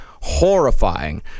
horrifying